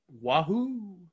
Wahoo